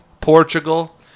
portugal